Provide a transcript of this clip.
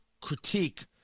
critique